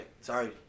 Sorry